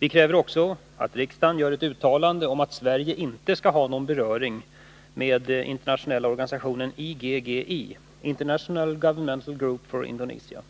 Vi kräver också att riksdagen gör ett uttalande att Sverige inte skall ha någon beröring med den internationella organisationen IGGI, International Governmental Group for Indonesia.